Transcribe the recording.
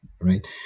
right